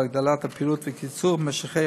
חוק ומשפט.